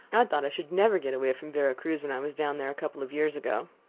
i thought i should never get away from vera cruz when i was down there a couple of years ago.